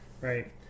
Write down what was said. right